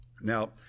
Now